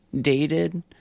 dated